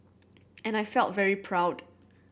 and I felt very proud